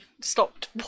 stopped